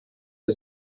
der